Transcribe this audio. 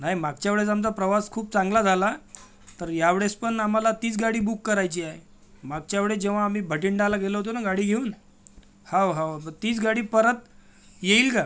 नाही मागच्या वेळेस आमचा प्रवास खूप चांगला झाला तर यावेळेस पण आम्हाला तीच गाडी बुक करायची आहे मागच्या वेळेस जेव्हा आम्ही भटींडाला गेलो होतो ना गाडी घेऊन हो हो तर तीच गाडी परत येईल का